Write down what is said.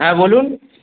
হ্যাঁ বলুন